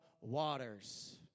Waters